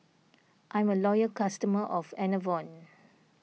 I'm a loyal customer of Enervon